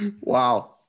wow